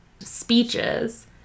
speeches